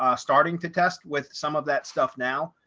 ah starting to test with some of that stuff now.